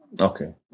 okay